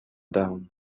down